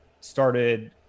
started